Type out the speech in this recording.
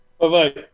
Bye-bye